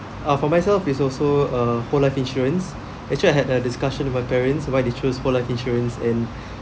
uh for myself is also err whole life insurance actually I had a discussion with my parents why they choose whole life insurance and